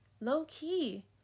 low-key